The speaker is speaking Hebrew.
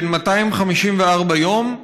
בין 254 יום,